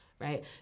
right